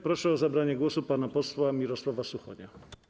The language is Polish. Proszę o zabranie głosu pana posła Mirosława Suchonia.